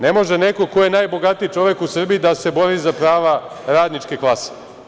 Ne može neko ko je najbogatiji čovek u Srbiji da se bori za prava radničke klase.